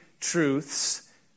truths